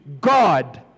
God